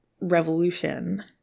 revolution